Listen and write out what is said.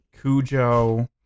Cujo